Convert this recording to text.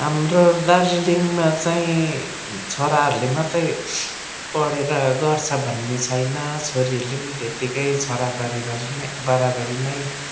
हाम्रो दार्जिलिङमा चाहिँ छोराहरूले मात्रै पढेर गर्छ भन्ने छैन छोरीहरूले नि त्यतिकै सराबरी बरी नै बराबरी नै